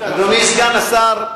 אדוני סגן השר,